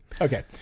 okay